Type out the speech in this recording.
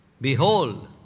Behold